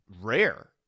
rare